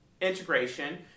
integration